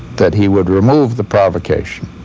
that he would remove the provocation